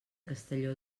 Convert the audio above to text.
castelló